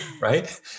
right